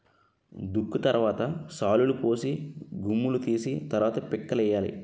దుక్కి తరవాత శాలులుపోసి గుమ్ములూ తీసి తరవాత పిక్కలేయ్యాలి